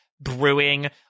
brewing